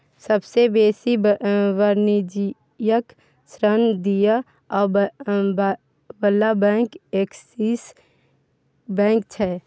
सबसे बेसी वाणिज्यिक ऋण दिअ बला बैंक एक्सिस बैंक छै